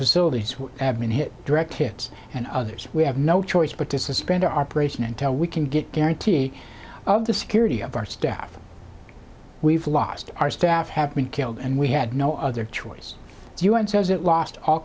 facilities who have been hit direct hits and others we have no choice but to suspend our operation until we can get guarantee of the security of our staff we've lost our staff have been killed and we had no other choice as u n says it lost all